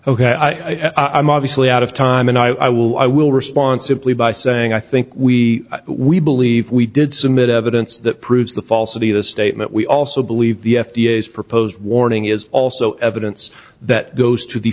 ok i'm obviously out of time and i will i will respond simply by saying i think we we believe we did submit evidence that proves the falsity of the statement we also believe the f d a has proposed warning is also evidence that goes to the